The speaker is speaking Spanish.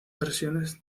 versiones